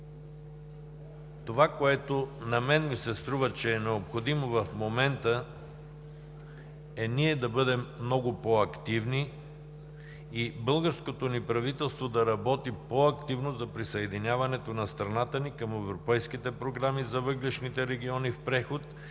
Това, което на мен ми се струва, че е необходимо в момента, е ние да бъдем много по-активни и българското ни правителство да работи по-активно за присъединяването на страната ни към европейските програми за въглищните региони в преход